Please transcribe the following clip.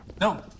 No